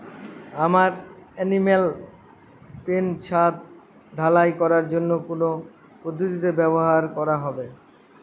আমার animal pen ছাদ ঢালাই করার জন্য কোন পদ্ধতিটি ব্যবহার করা হবে?